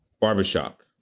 Barbershop